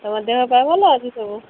ତମ ଦେହ ପା ଭଲ ଅଛି ସବୁ